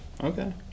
Okay